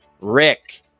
Rick